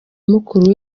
mukuru